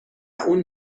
اون